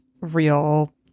real